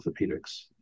orthopedics